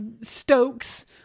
stokes